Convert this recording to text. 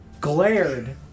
glared